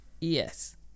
Yes